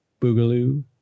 Boogaloo